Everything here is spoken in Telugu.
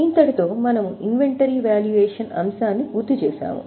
కాబట్టి దీనితో మనము ఇన్వెంటరీ వాల్యుయేషన్ అంశాన్ని పూర్తి చేస్తామ